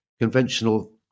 conventional